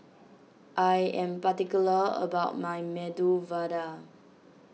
I am particular about my Medu Vada